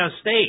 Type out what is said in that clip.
State